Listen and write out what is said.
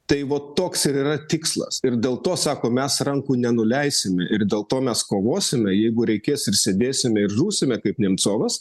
tai vat toks ir yra tikslas ir dėl to sako mes rankų nenuleisime ir dėl to mes kovosime jeigu reikės ir sėdėsime ir žūsime kaip nemcovas